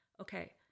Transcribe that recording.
okay